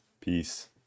Peace